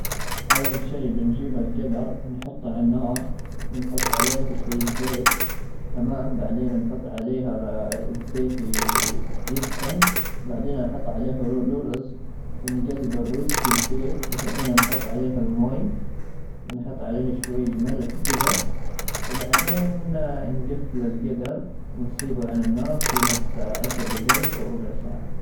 اول شيء بنجيب القدر نحطه على النار ونحط عليه شويه زيت تمام ,بعدين نحط عليها الزيت يسخن وبعدين نحط عليه رز ونقلب الرز في الزيت ,وبعدين نحط عليها الماء ونحط عليه شوي ملح كذا ,وبعدين نقفل القدر ونسيبه على النار قيمه عشر دقائق او ربع ساعه.